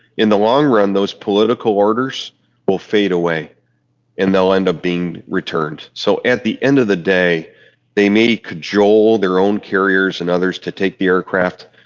in the long run those political orders will fade away and they will end up being returned. so at the end of the day they may cajole their own carriers and others to take the aircraft,